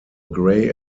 gray